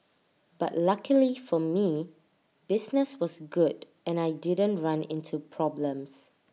but luckily for me business was good and I didn't run into problems